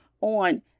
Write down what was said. on